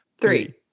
three